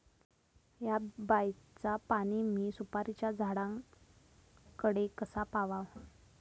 हया बायचा पाणी मी सुपारीच्या झाडान कडे कसा पावाव?